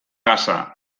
gasa